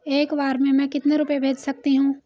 एक बार में मैं कितने रुपये भेज सकती हूँ?